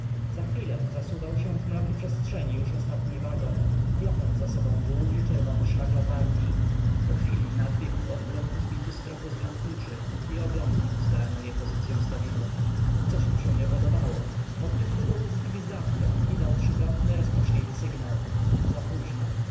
za chwilę zasuw ał się w m roki przestrzeni już ostatni w agon w lokąc za sobą długi czerw ony szlak latarni p o chwili nadbiegł od bloku zbity z tro p u zw rotniczy i oglądnął starannie pozycyę staw idła c oś mu się nie podobało p odniósł do ust gw izdaw kę i dał trzykrotny rozpaczliwy sygnał z